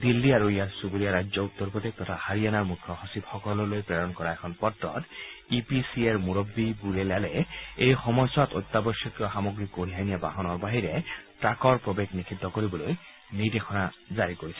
দিল্লী আৰু ইয়াৰ চূবুৰীয়া ৰাজ্য উত্তৰ প্ৰদেশ তথা হাৰিয়ানাৰ মুখ্য সচিবসকললৈ দিয়া এখন পত্ৰত ই পি চি এৰ মূৰববী বুৰেলালে এই সময়ছোৱাত অত্যাৱশ্যকীয় সামগ্ৰী কঢ়িয়াই নিয়া বাহনৰ বাহিৰে ট্ৰাকৰ প্ৰৱেশ নিষিদ্ধ কৰিবলৈ নিৰ্দেশনা জাৰি কৰিছে